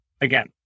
again